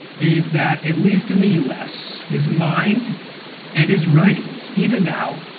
is that, at least in the us, his mind and his writings, even now,